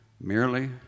Merely